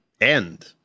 end